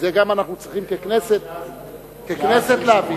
את זה גם אנחנו צריכים ככנסת להביא.